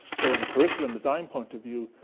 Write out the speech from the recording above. so, in a curriculum design point of view,